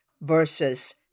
versus